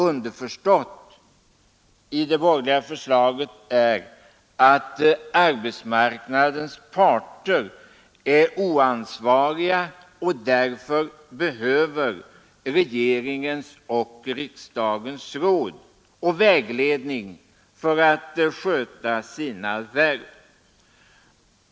Underförstått i det borgerliga förslaget är att arbetsmarknadens parter är oansvariga och därför behöver regeringens och riksdagens råd och vägledning för att sköta sina värv.